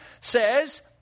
says